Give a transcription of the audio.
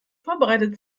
vorbereitet